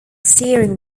steering